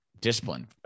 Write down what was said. discipline